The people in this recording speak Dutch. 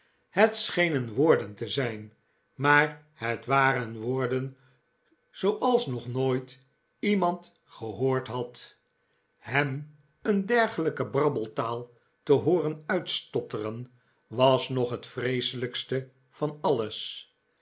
het schenen woorden te zijn maar het waren woorden zooals nog nooit iemand gehoord pecksniff op weg naar juffrouw gamp had hem een dergelijke brabbeltaal te hooxen uitstotteren was nog het vreeselijkste van alles